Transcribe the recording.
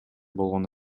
болгон